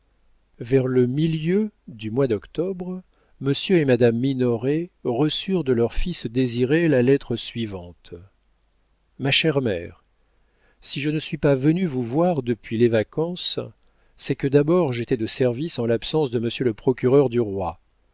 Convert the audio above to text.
vers le milieu du mois d'octobre monsieur et madame minoret reçurent de leur fils désiré la lettre suivante ma chère mère si je ne suis pas venu vous voir depuis les vacances c'est que d'abord j'étais de service en l'absence de monsieur le procureur du roi